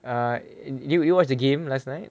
err did you you watch the game last night